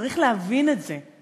צריך להבין את זה,